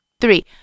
three